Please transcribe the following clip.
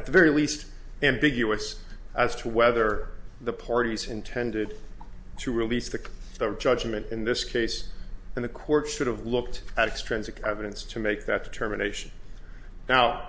at the very least ambiguous as to whether the parties intended to release the judgment in this case and the court should have looked at strands of evidence to make that determination now